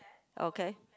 okay